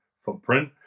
footprint